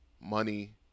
money